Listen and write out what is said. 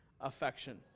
affection